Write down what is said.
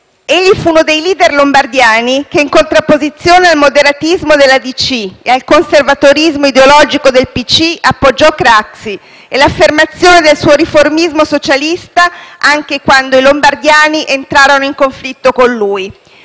Egli fu uno dei *leader* lombardiani che, in contrapposizione al moderatismo della DC e al conservatorismo ideologico del PCI, appoggiò Craxi e l'affermazione del suo riformismo socialista anche quando i lombardiani entrarono in conflitto con lui.